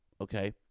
okay